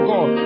God